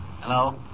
Hello